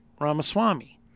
Ramaswamy